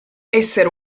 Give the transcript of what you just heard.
essere